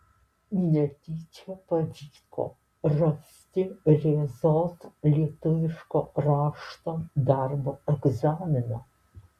netyčia pavyko rasti rėzos lietuviško rašto darbo egzaminą